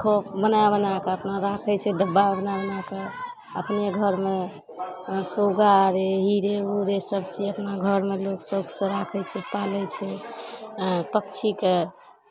खूब बना बना कऽ अपना राखै छै डब्बा आरमे बना कऽ अपने घरमे सुग्गा रे ई रे ओ रे सभ छै अपना घरमे लोक शौकसँ राखै छै पालै छै पक्षीकेँ